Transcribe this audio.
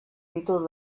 ditut